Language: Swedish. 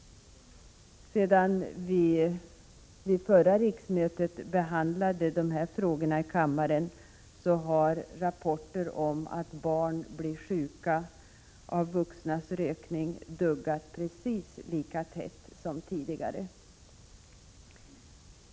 Sedan vi vid förra riksmötet behandlade de här frågorna har rapporter om att barn blir sjuka av vuxnas rökning duggat precis lika tätt som tidigare.